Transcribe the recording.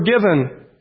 forgiven